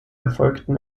erfolgten